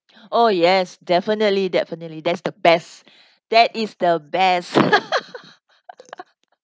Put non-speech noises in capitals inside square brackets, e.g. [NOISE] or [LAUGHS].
oh yes definitely definitely that's the best that is the best [LAUGHS]